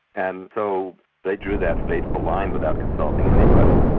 and so they drew that fateful line without consulting anybody,